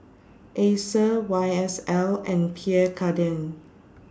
Acer Y S L and Pierre Cardin